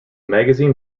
magazine